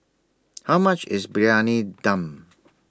How much IS Briyani Dum